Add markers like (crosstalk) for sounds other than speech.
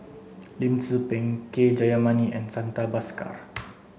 Lim Tze Peng K Jayamani and Santha Bhaskar (noise)